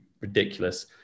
ridiculous